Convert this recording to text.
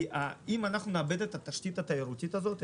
כי אם נאבד את התשתית התיירותית הזאת,